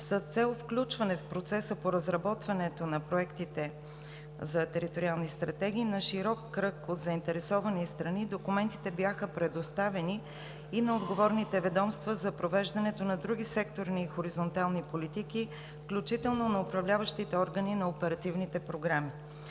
С цел включване в процеса по разработването на проектите за териториални стратегии на широк кръг от заинтересовани страни документите бяха предоставени и на отговорните ведомства за провеждането на други секторни и хоризонтални политики, включително на управляващите органи на оперативните програми.